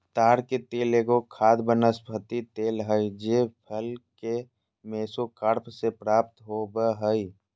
ताड़ के तेल एगो खाद्य वनस्पति तेल हइ जे फल के मेसोकार्प से प्राप्त हो बैय हइ